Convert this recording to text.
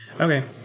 Okay